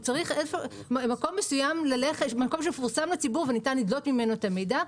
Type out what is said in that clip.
הוא צריך מקום מסוים שמפורסם לציבור וניתן לדלות ממנו את המידע.